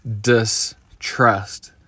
distrust